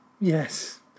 yes